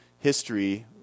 history